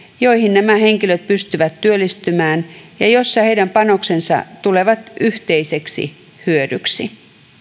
joihin nämä henkilöt pystyvät työllistymään ja joissa heidän panoksensa tulevat yhteiseksi hyödyksi